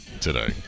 today